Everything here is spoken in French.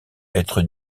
être